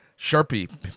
Sharpie